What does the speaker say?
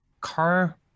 car